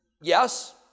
Yes